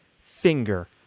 finger